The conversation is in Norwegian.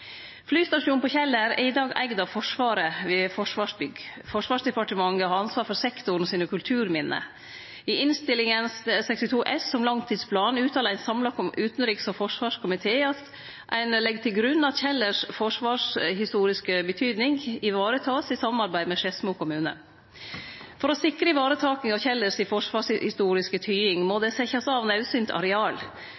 Flystasjonen på Kjeller er i dag eigd av Forsvaret ved Forsvarsbygg. Forsvarsdepartementet har ansvaret for sektoren sine kulturminne. I Innst. 62 S for 2016–2017, om langtidsplanen, uttala ein samla utanriks- og forsvarskomité at ein legg til grunn at «Kjellers forsvarshistoriske betydning ivaretas i samarbeid med Skedsmo kommune». For å sikre varetaking av Kjellers forsvarshistoriske tyding må